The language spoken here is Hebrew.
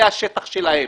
השטח שלהם.